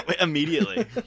Immediately